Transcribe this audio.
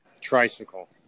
Tricycle